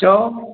चओ